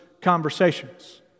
conversations